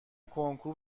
کنکور